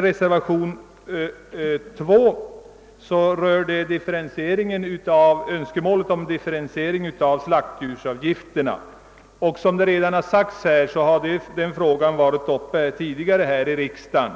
Reservationen 2 gäller önskemålet om differentiering av slaktdjursavgifter och fodermedelsavgifter efter produktionstyp. Såsom redan påpekats har denna fråga tidigare diskuterats i riksdagen.